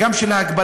גם של ההגבלה,